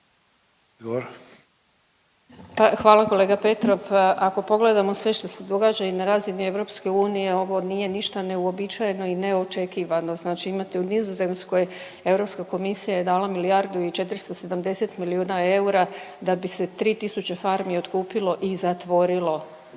Hvala kolega Petrov. Ako pogledamo sve što se događa i na razini EU ovo nije ništa neuobičajeno i neočekivano. Znači imate u Nizozemskoj Europska komisija je dala milijardu i 470 milijuna eura da bi se 3000 farmi otkupilo i zatvorilo,